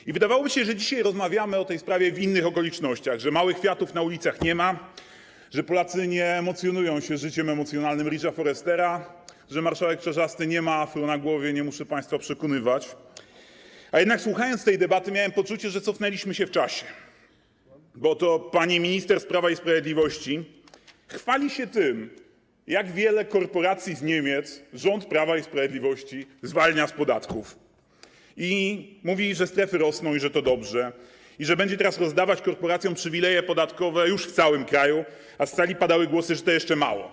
I wydawałoby się, że dzisiaj rozmawiamy o tej sprawie w innych okolicznościach, że małych fiatów na ulicach nie ma, że Polacy nie emocjonują się życiem emocjonalnym Ridge’a Forrestera - że marszałek Czarzasty nie ma afro na głowie, nie muszę państwa przekonywać - a jednak słuchając tej debaty, miałem poczucie, że cofnęliśmy się w czasie, bo oto pani minister z Prawa i Sprawiedliwości chwali się tym, jak wiele korporacji z Niemiec rząd Prawa i Sprawiedliwości zwalnia z podatków, i mówi, że strefy rosną i że to dobrze, i że będzie teraz rozdawać korporacjom przywileje podatkowe już w całym kraju, a z sali padały głosy, że to jeszcze mało.